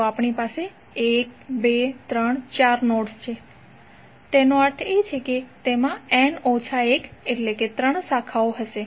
તો આપણી પાસે 1234 નોડ્સ છે તેનો અર્થ છે કે તેમાં n ઓછા 1 અટ્લે કે ત્રણ શાખાઓ હશે